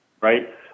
right